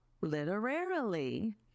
literarily